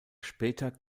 später